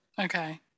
Okay